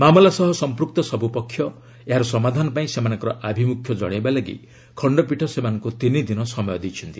ମାମଲା ସହ ସମ୍ପୁକ୍ତ ସବୁ ପକ୍ଷ ଏହାର ସମାଧାନ ପାଇଁ ସେମାନଙ୍କର ଆଭିମୁଖ୍ୟ ଜଣାଇବା ଲାଗି ଖଣ୍ଡପୀଠ ସେମାନଙ୍କୁ ତିନିଦିନ ସମୟ ଦେଇଛନ୍ତି